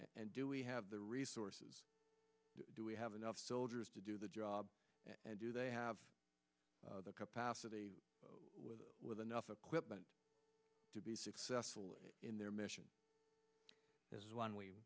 and do we have the resources do we have enough soldiers to do the job and do they have the capacity with enough equipment to be successful in their mission is one w